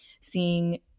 seeing